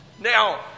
now